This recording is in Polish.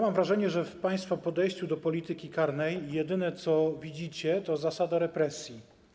Mam wrażenie, że w państwa podejściu do polityki karnej jedyne, co widzicie, to zasada represji.